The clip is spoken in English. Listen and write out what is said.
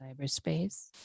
cyberspace